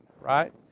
right